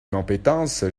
compétence